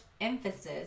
emphasis